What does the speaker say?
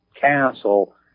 castle